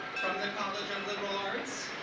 from the college of liberal arts